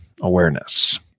awareness